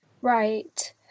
Right